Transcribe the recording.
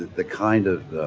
the kind of